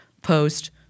post